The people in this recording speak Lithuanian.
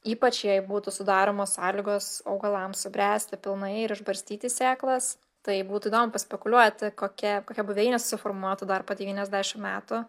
ypač jei būtų sudaromos sąlygos augalams subręsti pilnai ir išbarstyti sėklas tai būtų įdomu paspekuliuoti kokia kokia buveinė susiformuotų dar po devyniasdešimt metų